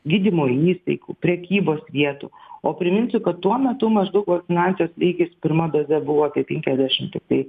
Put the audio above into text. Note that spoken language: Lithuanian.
gydymo įstaigų prekybos vietų o priminsiu kad tuo metu maždaug vakcinacijos lygis pirma doze buvo apie penkiasdešim tiktai